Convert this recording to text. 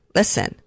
listen